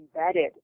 embedded